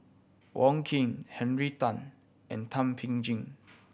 Wong Keen Henry Tan and Thum Ping Tjin